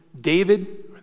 David